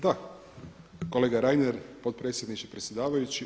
Da, kolega Reiner, potpredsjedniče, predsjedavajući.